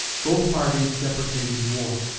both parties deprecated war,